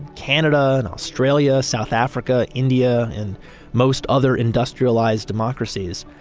canada and australia, south africa, india, and most other industrialized democracies,